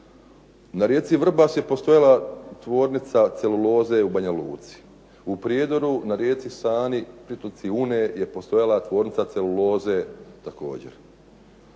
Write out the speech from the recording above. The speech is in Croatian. Na rijeci Vrbas je postojala tvornica celuloze u Banja Luci. U Prijedoru na rijeci Sani, pritoci Une, je postojala tvornica celuloze također.